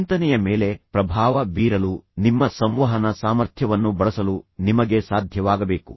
ಚಿಂತನೆಯ ಮೇಲೆ ಪ್ರಭಾವ ಬೀರಲು ನಿಮ್ಮ ಸಂವಹನ ಸಾಮರ್ಥ್ಯವನ್ನು ಬಳಸಲು ನಿಮಗೆ ಸಾಧ್ಯವಾಗಬೇಕು